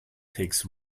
takes